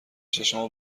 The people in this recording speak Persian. چشامو